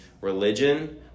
religion